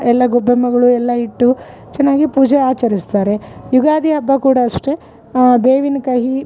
ಎಲ್ಲ ಗುಬ್ಬಮ್ಮಗಳು ಎಲ್ಲ ಇಟ್ಟು ಚೆನ್ನಾಗಿ ಪೂಜೆ ಆಚರಿಸ್ತಾರೆ ಯುಗಾದಿ ಹಬ್ಬ ಕೂಡ ಅಷ್ಟೇ ಬೇವಿನ ಕಹಿ